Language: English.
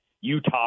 Utah